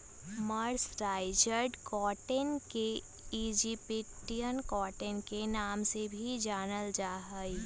mercerised cotton के Egyptian cotton के नाम से भी जानल जा हई